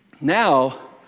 Now